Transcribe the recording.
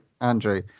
Andrew